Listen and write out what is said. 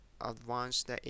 Advanced